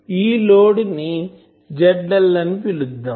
ఈ లోడ్ ని ZL అని పిలుద్దాం